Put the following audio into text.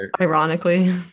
Ironically